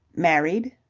married?